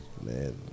man